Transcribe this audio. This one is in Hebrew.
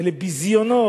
ולביזיונו,